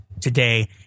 today